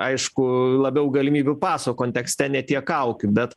aišku labiau galimybių paso kontekste ne tiek kaukių bet